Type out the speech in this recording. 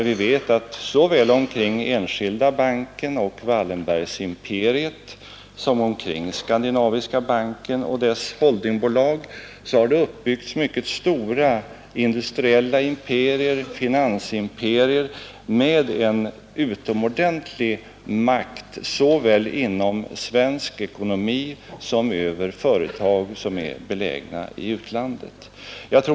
Vi vet att såväl kring Enskilda banken och familjen Wallenberg som kring Skandinaviska banken och dess holdingbolag har det uppbyggts mycket stora industriella imperier, finansimperier med en utomordentlig makt såväl inom svensk ekonomi som över företag i utlandet.